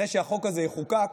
אחרי שהחוק הזה יחוקק,